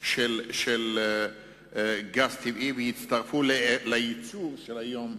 של גז טבעי ויצטרפו לייצור של היום,